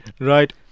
right